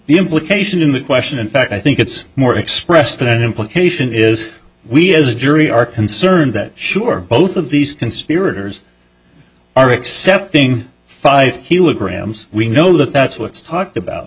the implication in that question in fact i think it's more expressed that implication is we as a jury are concerned that sure both of these conspirators are accepting five he would grams we know that that's what's talked about